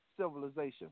civilization